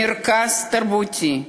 מרכז תרבותי,